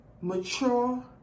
mature